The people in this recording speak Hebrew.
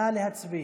נא להצביע.